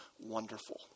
wonderful